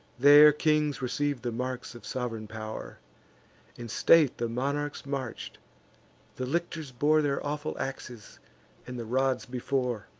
there kings receiv'd the marks of sov'reign pow'r in state the monarchs march'd the lictors bore their awful axes and the rods before.